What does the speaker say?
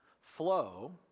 flow